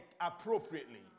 appropriately